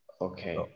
Okay